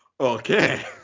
Okay